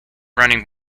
running